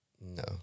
No